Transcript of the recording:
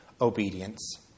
obedience